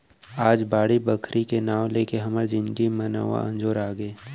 आज बाड़ी बखरी के नांव लेके हमर जिनगी म नवा अंजोर आगे